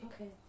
Okay